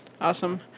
awesome